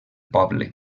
poble